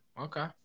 Okay